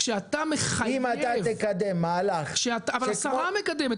אם אתה תקדם מהלך --- אבל השרה מקדמת,